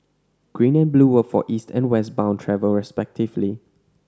green and blue were for East and West bound travel respectively